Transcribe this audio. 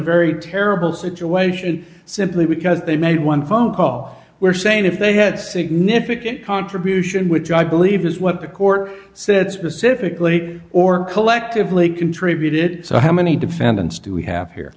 very terrible situation simply because they made one phone call we're saying if they had significant contribution which i believe is what the court said specifically or collectively contributed so how many defendants do we have here